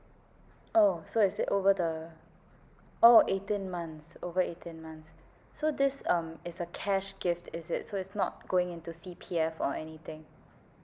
oh so is it over the oh eighteen months over eighteen months so this um is a cash gift is it so it's not going into C_P_For anything